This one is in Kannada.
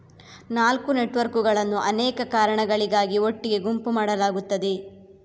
ನಾಲ್ಕು ನೆಟ್ವರ್ಕುಗಳನ್ನು ಅನೇಕ ಕಾರಣಗಳಿಗಾಗಿ ಒಟ್ಟಿಗೆ ಗುಂಪು ಮಾಡಲಾಗುತ್ತದೆ